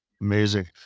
Amazing